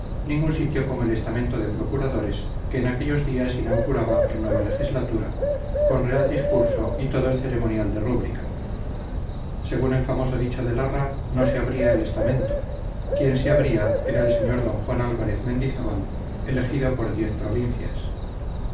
ningún sitio como el estamento de procuradores que en aquellos días inauguraba la nueva legislatura con real discurso y todo el ceremonial de rúbrica según el famoso dicho de larra no se abría el estamento quien se abría era el sr d juan álvarez mendizábal elegido por diez provincias